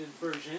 version